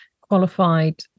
qualified